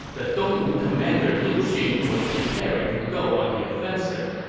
the dongwu commander lu xun was preparing to go on the offensive.